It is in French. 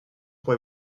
pour